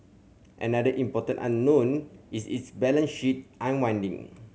another important unknown is its balance sheet unwinding